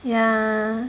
yeah